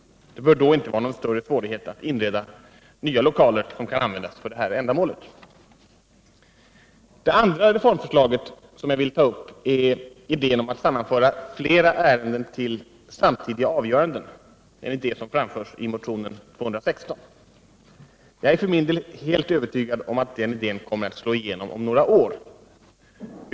Det bör då inte vara någon större svårighet att inreda nya lokaler som kan användas för det här ändamålet. Det andra reformförslaget som jag vill ta upp är idén om att sammanföra flera ärenden till samtidiga avgöranden enligt vad som framförs i motionen 216. Jag är för min del helt övertygad om att den idén kommer att slå igenom inom några år.